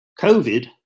COVID